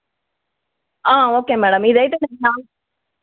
okay madam మీది ఐతే